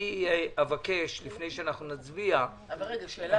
אני מבקש שלפני שאנחנו נצביע -- אבל רגע, שאלה